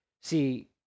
See